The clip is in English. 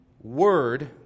word